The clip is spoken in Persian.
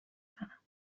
زنم